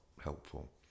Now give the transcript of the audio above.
helpful